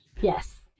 Yes